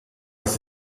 las